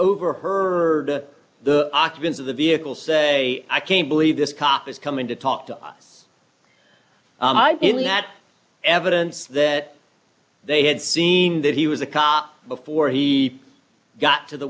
overheard the occupants of the vehicle say i can't believe this cop is coming to talk to us i did not evidence that they had seen that he was a cop before he got to the